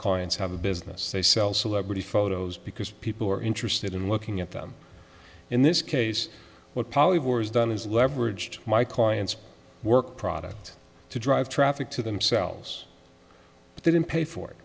clients have a business they sell celebrity photos because people are interested in looking at them in this case what polyvore has done is leveraged my client's work product to drive traffic to themselves but they didn't pay for it